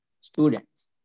students